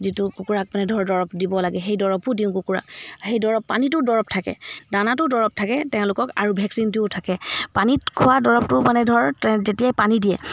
যিটো কুকুৰাক মানে ধৰক দৰৱ দিব লাগে সেই দৰৱো দিওঁ কুকুৰাক সেই দৰৱ পানীটো দৰৱ থাকে দানাটো দৰৱ থাকে তেওঁলোকক আৰু ভেকচিনটোও থাকে পানীত খোৱা দৰৱটো মানে ধৰ তে যেতিয়াই পানী দিয়ে